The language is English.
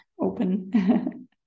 open